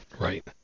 Right